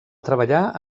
treballar